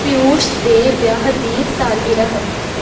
पियूश दे ब्याह् दी सालगिरह